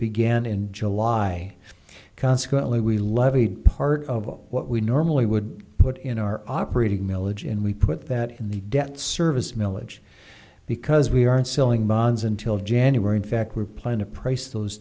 began in july consequently we levied part of what we normally would put in our operating milage and we put that in the debt service milledge because we aren't selling bonds until january in fact we plan a price those